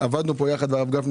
הרב גפני,